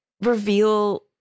reveal